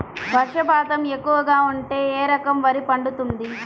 వర్షపాతం ఎక్కువగా ఉంటే ఏ రకం వరి పండుతుంది?